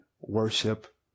worship